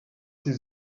sie